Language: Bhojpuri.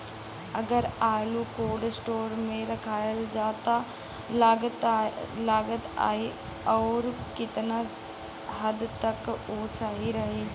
अगर आलू कोल्ड स्टोरेज में रखायल त कितना लागत आई अउर कितना हद तक उ सही रही?